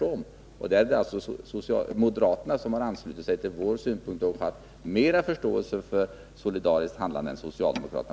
På den punkten har alltså moderaterna, som anslutit sig till våra synpunkter, haft mera förståelse för solidariskt handlande än socialdemokraterna.